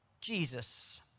jesus